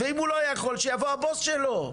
ואם הוא לא יכול, שיבוא הבוס שלו.